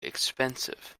expensive